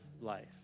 life